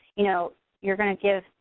you know you're gonna give,